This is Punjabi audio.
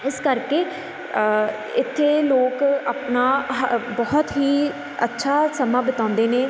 ਇਸ ਕਰਕੇ ਇੱਥੇ ਲੋਕ ਆਪਣਾ ਆਹ ਬਹੁਤ ਹੀ ਅੱਛਾ ਸਮਾਂ ਬਿਤਾਉਂਦੇ ਨੇ